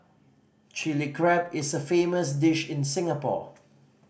Chilli Crab is a famous dish in Singapore